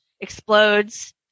explodes